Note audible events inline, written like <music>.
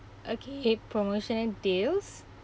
okay <laughs> promotional deals